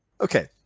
Okay